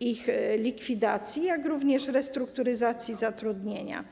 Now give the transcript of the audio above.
ich likwidacji oraz restrukturyzacji zatrudnienia.